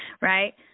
Right